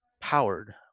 powered